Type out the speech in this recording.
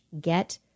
get